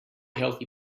healthy